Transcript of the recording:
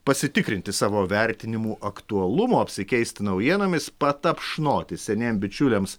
pasitikrinti savo vertinimų aktualumo apsikeist naujienomis patapšnoti seniem bičiuliams